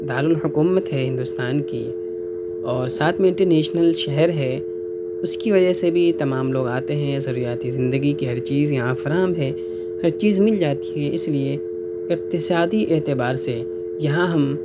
دارالحکومت ہے ہندوستان کی اور ساتھ میں انٹرنیشنل شہر ہے اُس کی وجہ سے بھی تمام لوگ آتے ہیں ضروریاتِ زندگی کی ہر چیز یہاں فراہم ہے ہر چیز مِل جاتی ہے اِس لئے اقتصادی اعتبار سے یہاں ہم